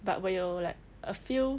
but 我有 like a few